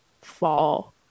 fall